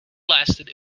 lasted